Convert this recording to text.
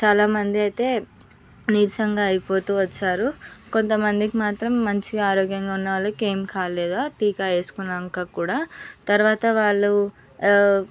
చాలా మంది అయితే నీరసంగా అయిపోతూ వచ్చారు కొంతమందికి మాత్రం మంచిగా ఆరోగ్యంగా ఉన్న వాళ్ళకి ఏం కాలేదు టీకా వేసుకున్నాక కూడా తరువాత వాళ్ళు